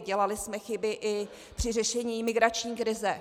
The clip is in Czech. Dělali jsme chyby i při řešení migrační krize.